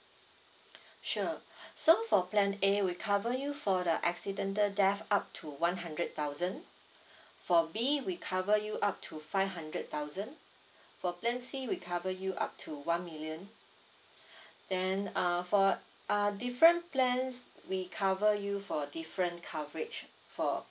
sure so for plan A we cover you for the accidental death up to one hundred thousand for B we cover you up to five hundred thousand for plan C we cover you up to one million then uh for uh different plans we cover you for different coverage for